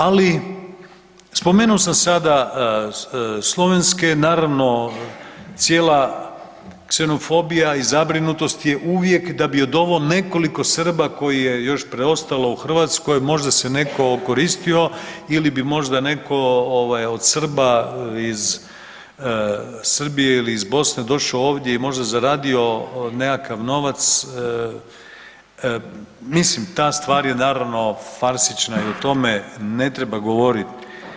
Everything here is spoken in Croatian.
Ali spomenuo sam sada slovenske naravno cijela ksenofobija i zabrinutost je uvijek da bi od ovo nekoliko Srba kojih je još preostalo u Hrvatskoj možda se netko okoristio ili bi možda bi netko od Srba iz Srbije ili iz Bosne došao ovdje i možda zaradio nekakav novac, mislim ta stvar je naravno farsična i o tome ne treba govoriti.